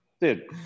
dude